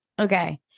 Okay